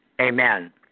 Amen